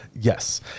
Yes